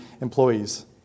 employees